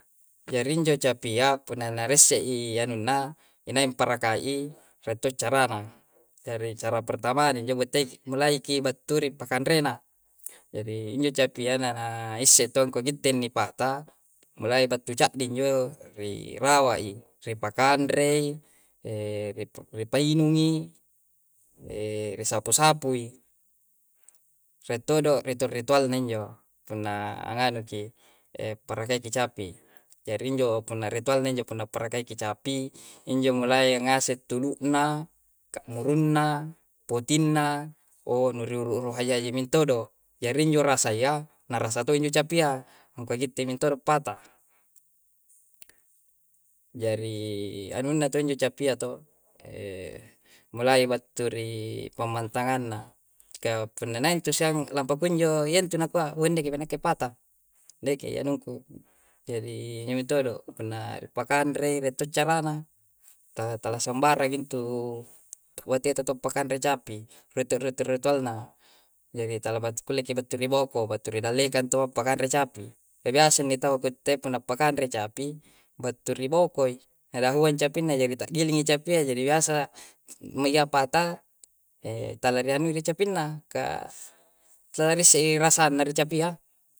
Jarinjo capia punanaresse i ianna inae parakai'i raco carana. Jari, cara pertamanya injo, wotek mulai ki batturi pakanrena, jari injo capia na na iseng tong kogitte ni paata, mulai batu caddi injo, ri rawai'i, ri pakandre, ri painungi, ri saposapui, retoddo, ritual-ritualnya injo. Punna, nganu ki parake capi. Jarinjo punna ritualnya injo, punna parekai' capi, injo mulai ngase tudu'na, ka'murunna, poti'na, nuru ruhu haji haji mentodo, jarinjo rasaiya, naratong injo na capia, no kagitte mintong pata. Jari anuna tong injo capia to mulai batturi pomantanganna, ka punanaing tu shang laboko injo yentu na koa weneng ki wana pata. Nekei anuku, jari nu toddo puna pakanre, reco carana. Ta tala sembareng intu' wate toto pakanre capi, rete rete ritualna. Jari tala backule ki batu' ri boko batu ri dalekang co pakanre capi. biasa ni tawwa ko te puna pakan're capi batu ri' boko i, alahua capinna, jari tagiling i capia jadi biasa meja patah ta lari nu capinna. Ka tarrese i rasa i capia.